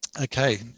Okay